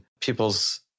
people's